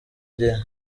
gihe